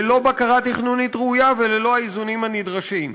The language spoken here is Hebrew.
ללא בקרה תכנונית ראויה וללא האיזונים הנדרשים.